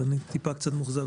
אבל אני טיפה מאוכזב,